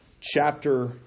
chapter